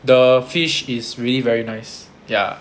the fish is really very nice ya